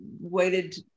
waited